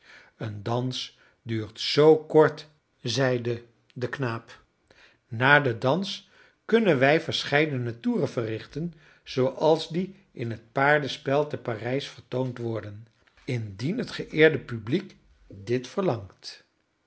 een dans duurt zoo kort zeide de knaap na den dans kunnen wij verscheidene toeren verrichten zooals die in het paardenspel te parijs vertoond worden indien het geëerde publiek dit verlangt